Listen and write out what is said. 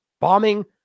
Bombing